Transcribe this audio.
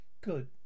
Good